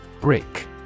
Brick